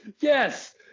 yes